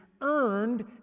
earned